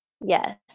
Yes